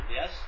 yes